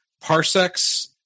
parsecs